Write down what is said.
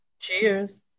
Cheers